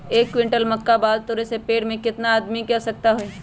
एक क्विंटल मक्का बाल तोरे में पेड़ से केतना आदमी के आवश्कता होई?